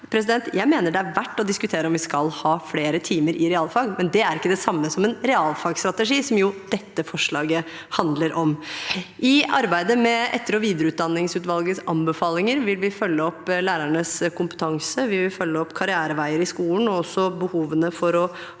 Jeg mener det er verdt å diskutere om vi skal ha flere timer i realfag, men det er ikke det samme som en realfagstrategi, som dette forslaget handler om. I arbeidet med etter- og videreutdanningsutvalgets anbefalinger vil vi følge opp lærernes kompetanse. Vi vil følge opp karriereveier i skolen og behovene for å ha